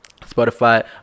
spotify